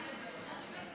לחוק.